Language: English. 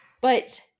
But-